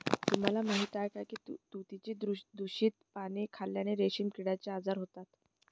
तुम्हाला माहीत आहे का की तुतीची दूषित पाने खाल्ल्याने रेशीम किड्याचा आजार होतो